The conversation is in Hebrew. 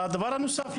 והדבר הנוסף,